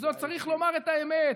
צריך לומר את האמת,